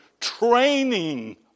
training